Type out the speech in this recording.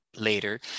later